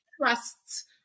trusts